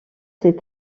ses